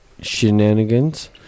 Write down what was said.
shenanigans